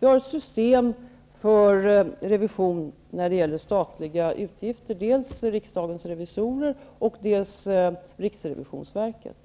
Vi har ett system för revision av statliga utgifter, dels riksdagens revisorer, dels riksrevisionsverket.